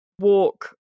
walk